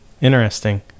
Interesting